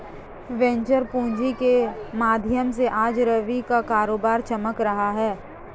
venture पूँजी के माध्यम से आज रवि का कारोबार चमक रहा है